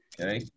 Okay